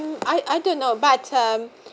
I I don't know but um